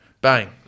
Bang